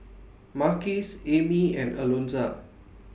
Marques Amie and Alonza